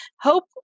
hope